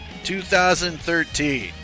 2013